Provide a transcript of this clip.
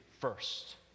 first